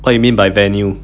what you mean by venue